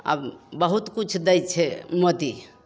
आब बहुत किछु दै छै मोदी